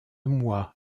moi